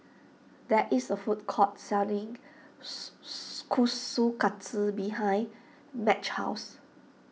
there is a food court selling Su Su Kushikatsu behind Madge's house